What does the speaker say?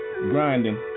Grinding